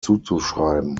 zuzuschreiben